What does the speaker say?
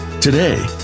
Today